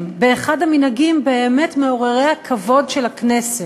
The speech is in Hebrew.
באחד המנהגים באמת מעוררי הכבוד של הכנסת.